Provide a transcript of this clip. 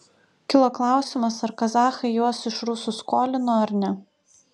kilo klausimas ar kazachai juos iš rusų skolino ar ne